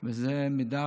וזו מידה